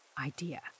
idea